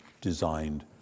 designed